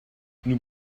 nous